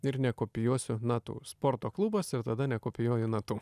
ir nekopijuosiu natų sporto klubas ir tada nekopijuoju natų